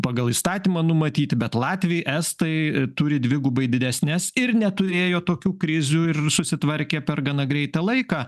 pagal įstatymą numatyti bet latviai estai turi dvigubai didesnes ir neturėjo tokių krizių ir susitvarkė per gana greitą laiką